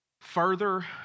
Further